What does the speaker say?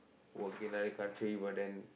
work in other country but then